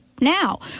now